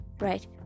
right